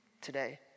today